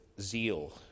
zeal